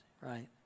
Right